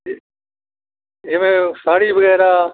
ਜਿ ਜਿਵੇਂ ਸਾੜੀ ਵਗੈਰਾ